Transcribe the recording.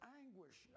anguish